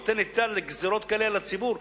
נותנת ידה לגזירות כאלה על הציבור?